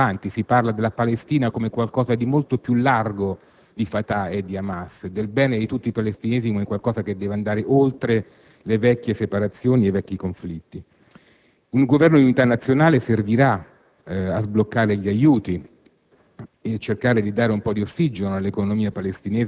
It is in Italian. che vi sia la volontà politica di compiere un passo in avanti: si parla di Palestina come di un qualcosa di molto più esteso di Fatah e di Hamas e del bene di tutti i Palestinesi come di un qualcosa che deve andare oltre le vecchie separazioni ed i vecchi conflitti. Un Governo di unità nazionale servirà a sbloccare gli aiuti,